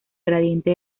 gradiente